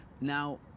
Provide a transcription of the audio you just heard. Now